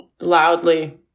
loudly